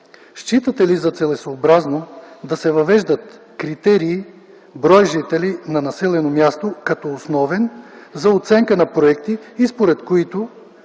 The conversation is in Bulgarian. Считате ли за целесъобразно да се въвеждат критерий брой жители на населено място като основен за оценка на проекти, според който